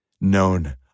known